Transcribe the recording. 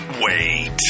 Wait